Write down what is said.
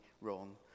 wrong